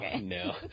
no